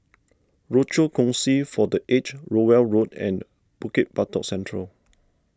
Rochor Kongsi for the Aged Rowell Road and Bukit Batok Central